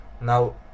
Now